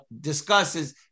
discusses